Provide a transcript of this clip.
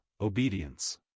Obedience